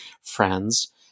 friends